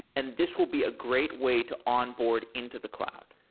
and this will be a great way to onboard into the cloud.